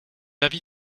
avis